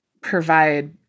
provide